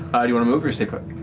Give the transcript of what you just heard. you want to move or stay put?